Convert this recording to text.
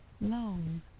long